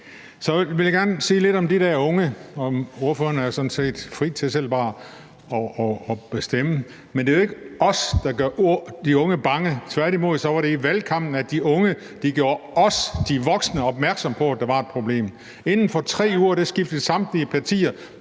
Så vil jeg gerne sige lidt om de der unge. Ordføreren er sådan set fri til selv bare at bestemme. Men det er jo ikke os, der gør de unge bange. Tværtimod var det i valgkampen, at de unge gjorde os, de voksne, opmærksom på, at der var et problem. Inden for 3 uger skiftede samtlige partier,